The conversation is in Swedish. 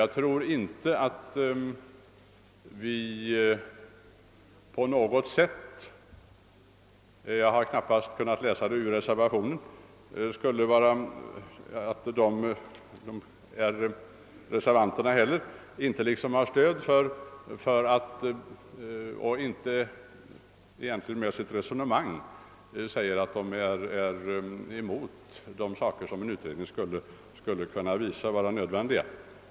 Jag har inte av reservanternas resonemang kunnat utläsa något stöd för tanken att de skulle ställa sig avvisande till åtgärder, som av en utredning kunde påvisas vara nödvändiga.